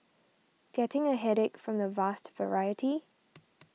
getting a headache from the vast variety